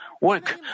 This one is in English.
work